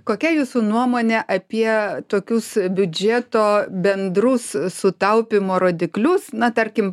kokia jūsų nuomonė apie tokius biudžeto bendrus sutaupymo rodiklius na tarkim